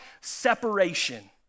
separation